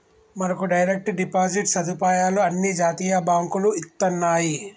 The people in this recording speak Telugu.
మనకు డైరెక్ట్ డిపాజిట్ సదుపాయాలు అన్ని జాతీయ బాంకులు ఇత్తన్నాయి